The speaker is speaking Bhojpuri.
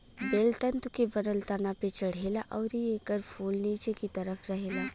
बेल तंतु के बनल तना पे चढ़ेला अउरी एकर फूल निचे की तरफ रहेला